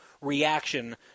reaction